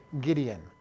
Gideon